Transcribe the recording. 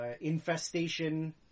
infestation